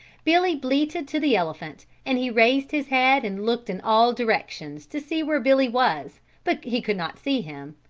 billy bleated to the elephant and he raised his head and looked in all directions to see where billy was but he could not see him,